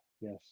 Yes